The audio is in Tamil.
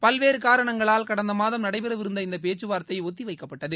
பல்வேறு காரணங்களால் கடந்த மாதம் நடைபெறவிருந்த இந்த பேச்சுவார்த்தை ஒத்தி வைக்கப்பட்டது